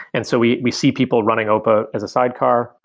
and so we we see people running opa as a sidecar,